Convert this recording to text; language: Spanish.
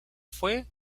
fue